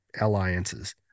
alliances